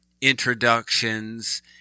introductions